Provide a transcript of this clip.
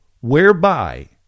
whereby